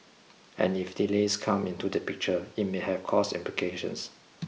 and if delays come into the picture it may have cost implications